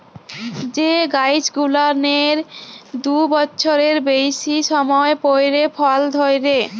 যে গাইছ গুলানের দু বচ্ছরের বেইসি সময় পইরে ফল ধইরে